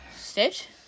Stitch